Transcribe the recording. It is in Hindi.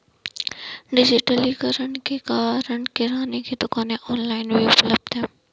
डिजिटलीकरण के कारण किराने की दुकानें ऑनलाइन भी उपलब्ध है